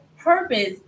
Purpose